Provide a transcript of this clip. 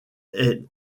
est